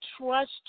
trust